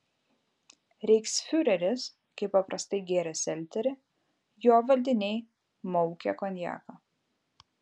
reichsfiureris kaip paprastai gėrė selterį jo valdiniai maukė konjaką